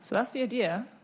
so that's the idea.